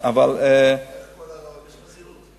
יש חזירות.